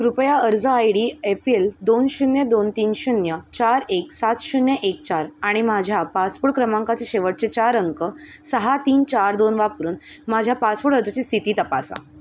कृपया अर्ज I D A P L दोन शून्य दोन तीन शून्य चार एक सात शून्य एक चार आणि माझ्या पासपोर्ट क्रमांकाचे शेवटचे चार अंक सहा तीन चार दोन वापरून माझ्या पासपोर्ट अर्जाची स्थिती तपासा